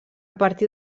partir